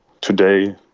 today